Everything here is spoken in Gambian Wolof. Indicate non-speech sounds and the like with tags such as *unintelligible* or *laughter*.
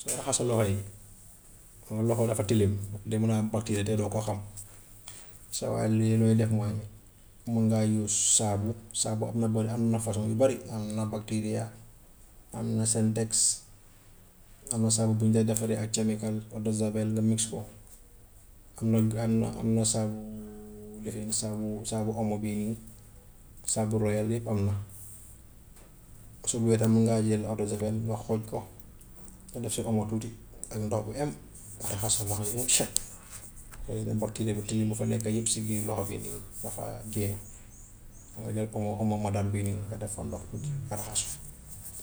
Sooy *noise* raxas sa loxo yi xam nga loxo dafa tilim day mun a am bactérie te doo ko xam, soo kay lii looy def mooy, mun ngaa use saabu, saabu am na bu ne, am na façon yu bari, am na bacteria, am na sentex, am na saabu bu ñu dee defaree ak *unintelligible* eau de javel nga mixte ko, am na am na am na saabu lifin saabu saabu omo bii nii, saabu royal yëpp am na. Soo buggee tam mun ngaa jël eau de javel nga xooj ko, nga def si omo tuuti ak ndox bu em, nga raxas *noise* sa loxo yi ba mu set xëy na bactérie bi tamit bu fa nekka yëpp si biir loxo bi nii *noise* dafa génn, nga jël omo omo madar bii nii nga def fa ndox, nga raxasu